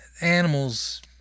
Animals